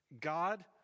God